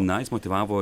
na jis motyvavo